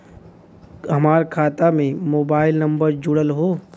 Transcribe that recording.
हमार खाता में मोबाइल नम्बर जुड़ल हो?